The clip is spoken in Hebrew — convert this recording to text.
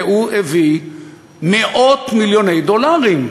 והוא הביא מאות-מיליוני דולרים.